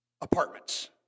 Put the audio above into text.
Apartments